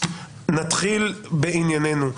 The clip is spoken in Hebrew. נתחיל בענייננו.